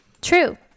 True